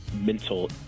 mental